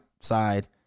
side